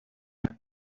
está